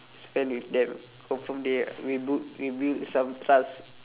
spend with them confirm they will bu~ will build some trust